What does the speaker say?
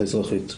האזרחית.